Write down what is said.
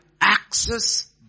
access